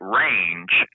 range